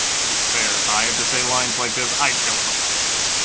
to be fair, if i had to say lines like this, i'd kill someone too.